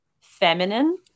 feminine